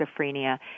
schizophrenia